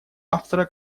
автора